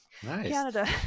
Canada